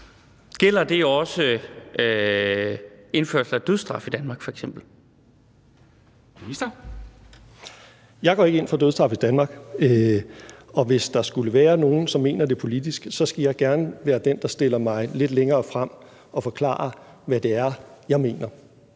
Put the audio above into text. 13:38 Justitsministeren (Nick Hækkerup): Jeg går ikke ind for dødsstraf i Danmark, og hvis der skulle være nogen, som mener det politisk, skal jeg gerne være den, der stiller mig lidt længere frem og forklarer, hvad det er, jeg mener,